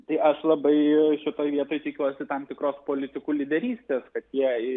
tai aš labai šitoje vietoj tikiuosi tam tikros politikų lyderystės kad jie